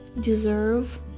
deserve